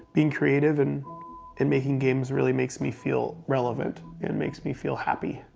being creative and and making games really makes me feel relevant and makes me feel happy.